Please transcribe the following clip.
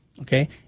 Okay